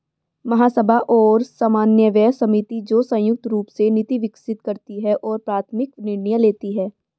महासभा और समन्वय समिति, जो संयुक्त रूप से नीति विकसित करती है और प्राथमिक निर्णय लेती है